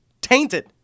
Tainted